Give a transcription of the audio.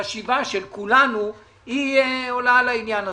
אפילו שאתם יותר חכמים מאיתנו אבל החשיבה של כולנו עולה בעניין הזה.